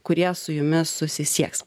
kurie su jumis susisieks